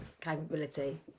capability